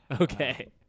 Okay